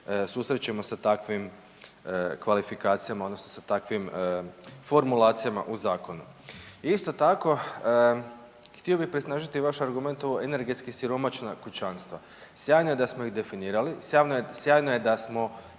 susrećemo sa takvim kvalifikacijama, odnosno sa takvim formulacijama u zakonu. Isto tako, htio bih presnažiti vaš argument o energetski siromašna kućanstva. Sjajno je da smo ih definirali, sjajno je da smo,